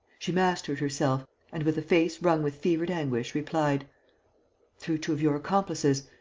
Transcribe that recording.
she mastered herself and, with a face wrung with fevered anguish, replied through two of your accomplices,